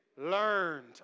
Learned